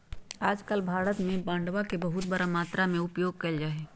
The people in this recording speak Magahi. आजकल भारत में बांडवा के बहुत बड़ा मात्रा में उपयोग कइल जाहई